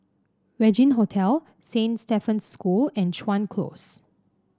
Regin Hotel Saint Stephen's School and Chuan Close